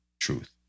truth